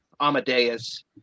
Amadeus